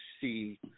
see